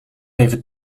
even